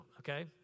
okay